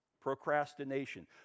Procrastination